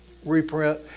reprint